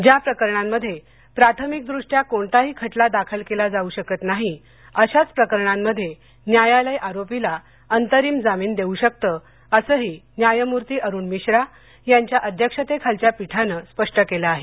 ज्या प्रकरणांमध्ये प्राथमिकदृष्ट्या कोणताही खटला दाखल केला जाऊ शकत नाही अशाच प्रकरणांमध्ये न्यायालय आरोपीला अंतरिम जामीन देऊ शकते असंही न्यायमूर्ती अरूण मिश्रा यांच्या अध्यक्षतेखालच्या पीठानं स्पष्ट केलं आहे